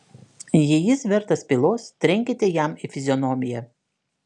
jei jis vertas pylos trenkite jam į fizionomiją